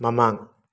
ꯃꯃꯥꯡ